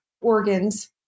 organs